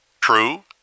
true